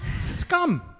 Scum